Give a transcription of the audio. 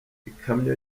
ikamyo